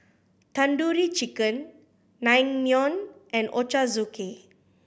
Tandoori Chicken Naengmyeon and Ochazuke